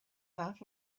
half